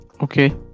okay